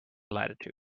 latitude